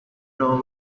know